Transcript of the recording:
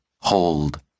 Hold